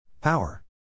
Power